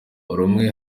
rumwe